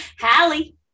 hallie